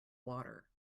water